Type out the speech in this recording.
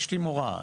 אשתי מורה,